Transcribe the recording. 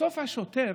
בסוף, השוטר